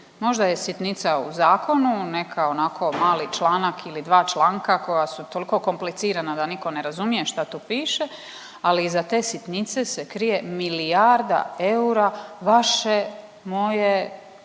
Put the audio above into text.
možda je sitnica u zakonu neka onako mali članak ili dva članka koja su toliko komplicirana da nitko ne razumije šta tu piše ali iza te sitnice se krije milijarda eura vaše, moje,